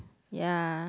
ya